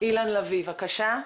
אילן לביא, בבקשה.